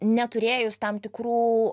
neturėjus tam tikrų